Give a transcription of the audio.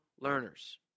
learners